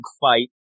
fight